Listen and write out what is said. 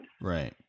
Right